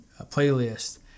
playlist